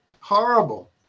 Horrible